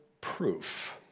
proof